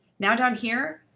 now, down here,